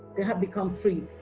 they have become free.